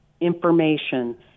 information